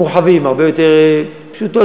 מורחבת, הרבה יותר פשוטה.